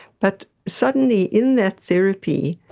but suddenly in that therapy,